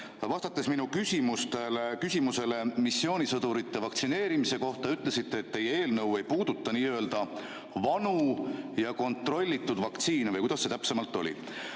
Vastates minu küsimusele missioonisõdurite vaktsineerimise kohta, ütlesite, et teie eelnõu ei puuduta n‑ö vanu ja kontrollitud vaktsiine, või kuidas see täpsemalt oligi.